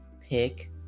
pick